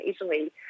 Italy